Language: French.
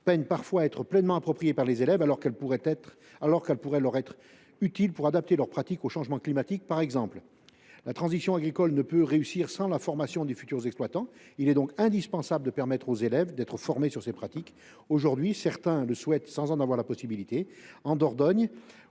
peinent parfois à s’approprier pleinement ces notions, alors qu’elles pourraient leur être utiles pour adapter leurs pratiques aux changements climatiques, par exemple. La transition agricole ne peut réussir sans la formation des futurs exploitants. Il est donc indispensable de permettre aux élèves d’être formés à ces pratiques. Aujourd’hui, certains le souhaitent, sans en avoir la possibilité. En Dordogne,